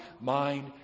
mind